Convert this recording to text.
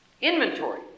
inventory